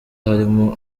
harimo